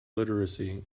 literacy